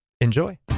Enjoy